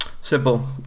simple